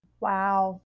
wow